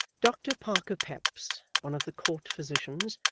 doctor parker peps, one of the court physicians,